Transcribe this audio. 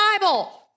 Bible